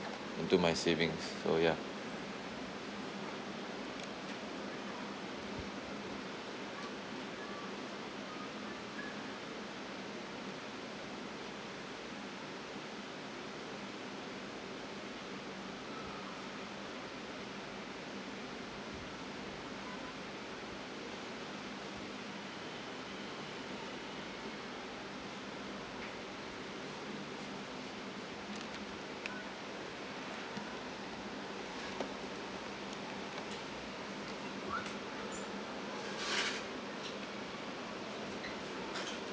into my savings so ya